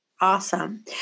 Awesome